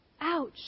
Ouch